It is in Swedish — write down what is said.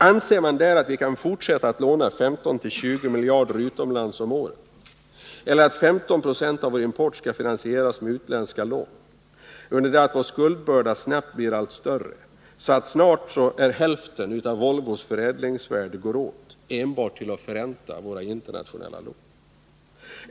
Anser man där att vi kan fortsätta att låna 15-20 miljarder utomlands om året eller att 15 20 av vår import skall finansieras med utländska lån, under det att vår internationella skuldbörda snabbt blir allt större, så att snart hälften av Volvos förädlingsvärde går åt enbart till att förränta våra internationella lån?